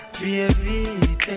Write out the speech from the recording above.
Baby